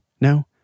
No